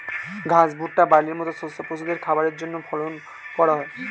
ঘাস, ভুট্টা, বার্লির মত শস্য পশুদের খাবারের জন্যে ফলন করা হয়